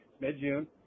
mid-June